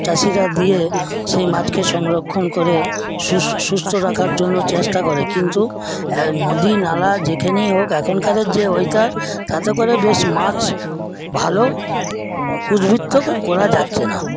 চাষিরা দিয়ে সেই মাছকে সংরক্ষণ করে সুস্থ রাখার জন্য চেষ্টা করে কিন্তু নদী নালা যেখানেই হোক এখনকারের যা ওয়েদার তাতে করে বেশ মাছ ভালো উদ্বৃত্ত করা যাচ্ছে না